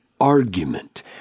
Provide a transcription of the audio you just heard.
argument